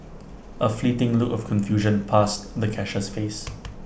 A fleeting look of confusion passed the cashier's face